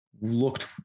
looked